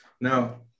Now